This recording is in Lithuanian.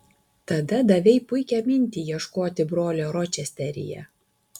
tada davei puikią mintį ieškoti brolio ročesteryje